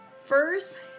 First